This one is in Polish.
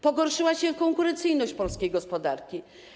Pogorszyła się konkurencyjność polskiej gospodarki.